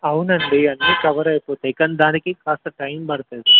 అవునండి అన్నీ కవర్ అయిపోతాయి కానీ దానికి కాస్త టైమ్ పడుతుంది